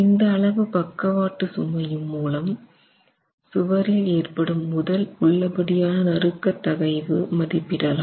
இந்த அளவு பக்கவாட்டு சுமையும் மூலம் சுவரில் ஏற்படும் முதல் உள்ளபடியான நறுக்கு தகைவு மதிப்பிடலாம்